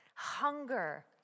Hunger